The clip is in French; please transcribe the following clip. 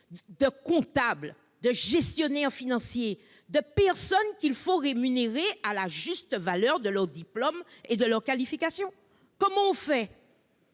de comptables, de gestionnaires financiers, de professionnels qu'il faut rémunérer à la juste valeur de leurs diplômes et de leurs qualifications. Comment